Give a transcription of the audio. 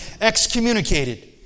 excommunicated